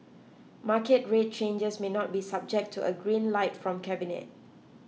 market rate changes may not be subject to a green light from cabinet